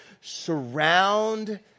surround